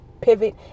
pivot